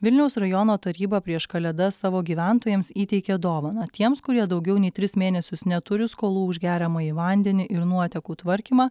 vilniaus rajono taryba prieš kalėdas savo gyventojams įteikė dovaną tiems kurie daugiau nei tris mėnesius neturi skolų už geriamąjį vandenį ir nuotekų tvarkymą